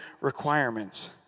requirements